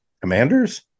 commanders